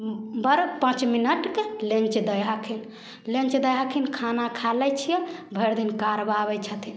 बड़ पाँच मिनटके लन्च दै हखिन लन्च दै हखिन खाना खा लै छिए भरिदिन करबाबै छथिन